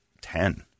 ten